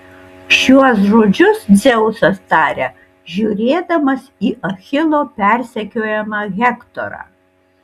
šiuos žodžius dzeusas taria žiūrėdamas į achilo persekiojamą hektorą